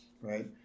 Right